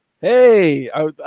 Hey